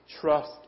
trust